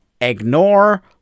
ignore